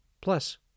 Plus